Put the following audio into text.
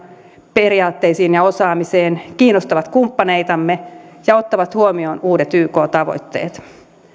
periaatteisiin ja osaamiseen kiinnostavat kumppaneitamme ja ottavat huomioon uudet yk tavoitteet